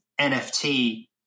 nft